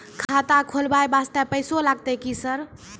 खाता खोलबाय वास्ते पैसो लगते की सर?